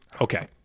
okay